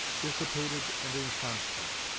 dissipated and inconstant,